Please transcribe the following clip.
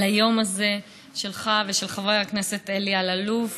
על היום הזה שלך ושל חבר הכנסת אלי אלאלוף,